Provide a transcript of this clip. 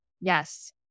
Yes